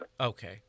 Okay